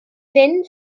fynd